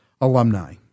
Alumni